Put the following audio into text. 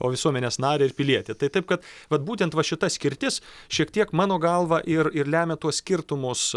o visuomenės narį ir pilietį tai taip kad vat būtent va šita skirtis šiek tiek mano galva ir ir lemia tuos skirtumus